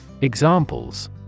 Examples